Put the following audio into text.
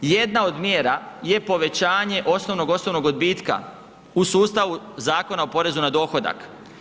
Jedna od mjera je povećanje osnovnog osobnog odbitka u sustavu Zakona o porezu na dohodak.